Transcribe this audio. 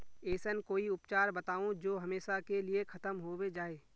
ऐसन कोई उपचार बताऊं जो हमेशा के लिए खत्म होबे जाए?